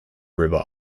river